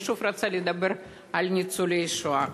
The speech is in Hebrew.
אני שוב רוצה לדבר על ניצולי השואה.